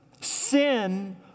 Sin